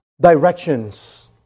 directions